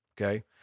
Okay